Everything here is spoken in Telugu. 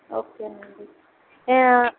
ఓకేనండి